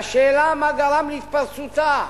והשאלה מה גרם להתפרצותה,